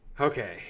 Okay